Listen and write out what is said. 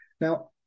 Now